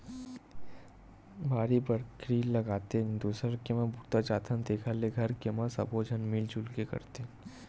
बाड़ी बखरी लगातेन, दूसर के म बूता जाथन तेखर ले घर के म सबे झन मिल जुल के करतेन